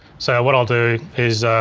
so what i'll do is,